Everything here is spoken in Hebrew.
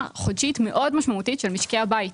חודשית מאוד משמעותית של משקי הבית.